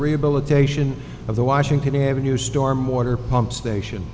rehabilitation of the washington have a new storm water pump station